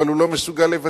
אבל הוא לא מסוגל לבצע.